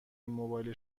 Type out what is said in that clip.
موبایل